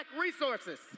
resources